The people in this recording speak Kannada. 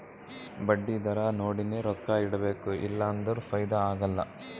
ಬಡ್ಡಿ ದರಾ ನೋಡಿನೆ ರೊಕ್ಕಾ ಇಡಬೇಕು ಇಲ್ಲಾ ಅಂದುರ್ ಫೈದಾ ಆಗಲ್ಲ